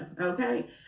okay